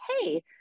Hey